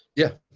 yeah.